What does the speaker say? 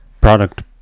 product